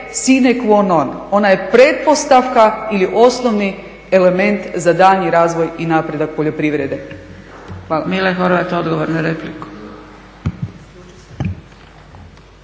sine qua non ona je pretpostavka ili osnovni element za daljnji razvoj i napredak poljoprivrede.